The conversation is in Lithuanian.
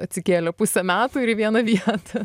atsikėlė puse metų ir į vieną vietą